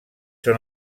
són